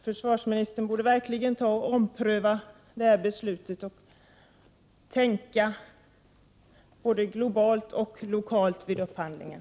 Försvarsministern borde verkligen ompröva detta beslut och tänka både globalt och lokalt vid upphandlingen.